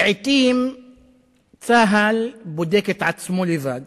לעתים צה"ל בודק את עצמו לבד